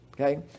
okay